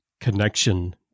connection